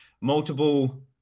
multiple